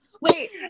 Wait